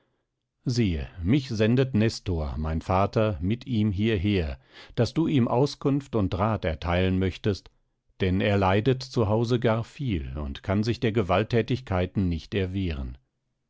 siehe mich sendet nestor mein vater mit ihm hierher daß du ihm auskunft und rat erteilen möchtest denn er leidet zu hause gar viel und kann sich der gewaltthätigkeiten nicht erwehren